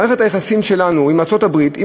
מערכת היחסים שלנו עם ארצות-הברית היא